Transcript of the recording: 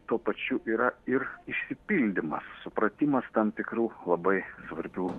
tuo pačiu yra ir išsipildymas supratimas tam tikrų labai svarbių